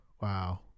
Wow